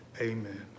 Amen